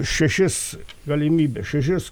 šešis galimybes šešis